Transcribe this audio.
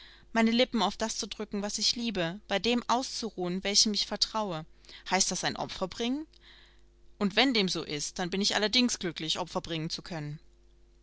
meine lippen auf das zu drücken was ich liebe bei dem auszuruhen welchem ich vertraue heißt das ein opfer bringen und wenn dem so ist dann bin ich allerdings glücklich opfer bringen zu können